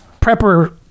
prepper